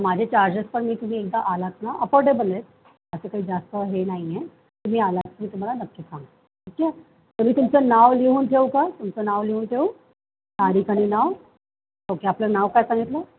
माझे चार्जेस पण मी तुम्ही एकदा आलात ना अफोर्डेबल आहेत असं काही जास्त हे नाही आहे तुम्ही आलात मी तुम्हाला नक्की सांगते ठीक आहे तरी तुमचं नाव लिहून ठेवू का तुमचं नाव लिहून ठेवू तारिख आणि नाव ओके आपलं नाव काय सांगितलं